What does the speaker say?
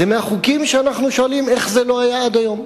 זה מהחוקים שאנחנו שואלים איך זה לא היה עד היום,